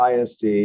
ISD